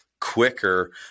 quicker